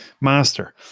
master